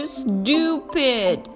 stupid